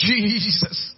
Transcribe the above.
Jesus